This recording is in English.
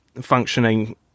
functioning